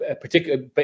particular